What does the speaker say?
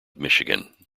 michigan